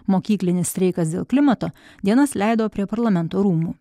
mokyklinis streikas dėl klimato dienas leido prie parlamento rūmų